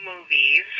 movies